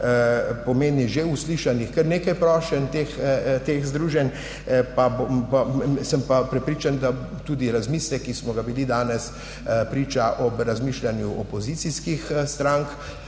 pomeni že uslišanih kar nekaj prošenj teh združenj. Sem pa prepričan, da tudi razmislek, ki smo mu bili danes priča ob razmišljanju opozicijskih strank,